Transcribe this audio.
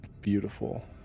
Beautiful